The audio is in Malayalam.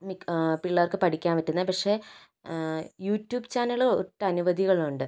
മിക്ക പിള്ളാർക്ക് പഠിക്കാൻ പറ്റുന്നെ പക്ഷെ യൂട്യൂബ് ചാനൽ ഒട്ടനവധികളുണ്ട്